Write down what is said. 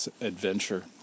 Adventure